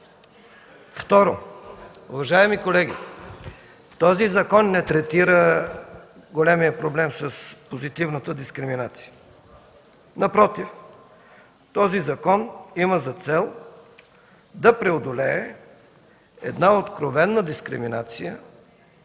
Второ – уважаеми колеги, този закон не третира големия проблем с позитивната дискриминация. Напротив, този закон има за цел да преодолее една откровена дискриминация,